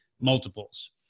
multiples